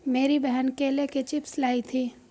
मेरी बहन केले के चिप्स लाई थी